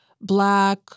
Black